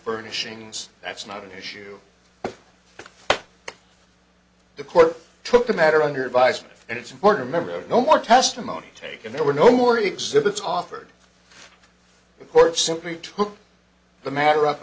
furnishings that's not an issue the court took the matter under advisement and it's important member no more testimony taken there were no more exhibits offered the court simply took the matter up